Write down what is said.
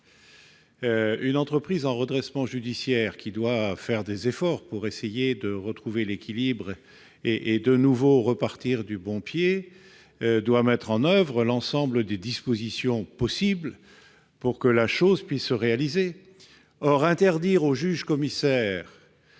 une entreprise en redressement judiciaire, qui doit faire des efforts pour essayer de retrouver l'équilibre et repartir du bon pied, doit mettre en oeuvre l'ensemble des dispositions possibles pour que cela puisse se réaliser. Je trouve donc